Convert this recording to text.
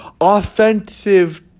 offensive